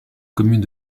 commune